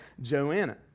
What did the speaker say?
Joanna